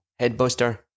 headbuster